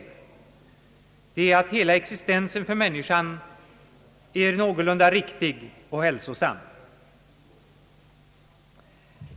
Välstånd är att hela existensen för människan är någorlunda riktig och hälsosam.